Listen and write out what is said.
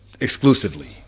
exclusively